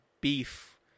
beef